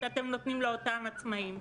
שאתם נותנים לאותם עצמאים.